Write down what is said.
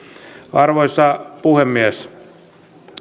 arvoisa puhemies